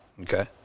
okay